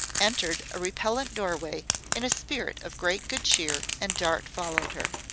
entered a repellent doorway in a spirit of great good cheer and dart followed her.